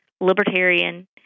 Libertarian